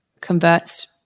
converts